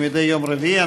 כמדי יום רביעי,